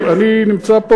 אני שמח על